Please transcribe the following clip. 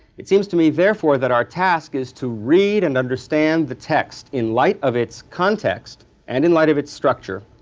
it seems to me therefore that our task is to read and understand the text in light of its context and in light of its structure,